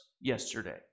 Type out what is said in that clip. yesterday